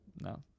no